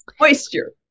Moisture